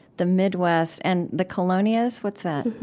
the midwest, and the colonias what's that?